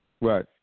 Right